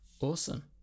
awesome